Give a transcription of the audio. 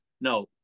No